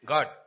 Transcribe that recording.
God